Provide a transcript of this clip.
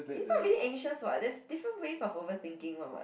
is not really anxious what there's different ways of overthinking [one] [what]